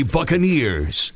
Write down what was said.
Buccaneers